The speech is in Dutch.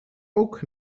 ook